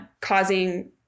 causing